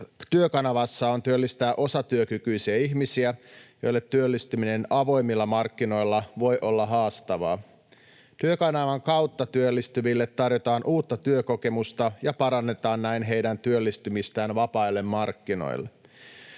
Työkanavassa on työllistää osatyökykyisiä ihmisiä, joille työllistyminen avoimilla markkinoilla voi olla haastavaa. Työkanavan kautta työllistyville tarjotaan uutta työkokemusta ja parannetaan näin heidän työllistymistään vapaille markkinoille.